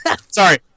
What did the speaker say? Sorry